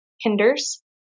hinders